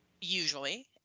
usually